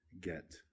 get